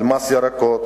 על מס ירקות,